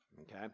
Okay